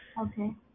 Okay